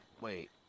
wait